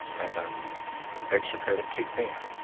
and the extra credit kicked in.